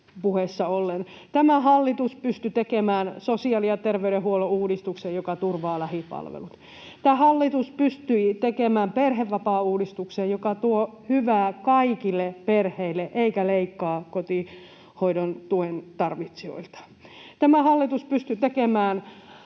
puheessa ollen. Tämä hallitus pystyi tekemään sosiaali- ja terveydenhuollon uudistuksen, joka turvaa lähipalvelut. Tämä hallitus pystyi tekemään perhevapaauudistuksen, joka tuo hyvää kaikille perheille eikä leikkaa kotihoidontuen tarvitsijoilta. Tämä hallitus pystyi tekemään